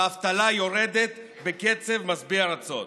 והאבטלה יורדת בקצב משביע רצון,